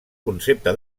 concepte